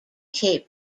tape